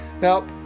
Now